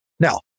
now